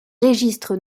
registre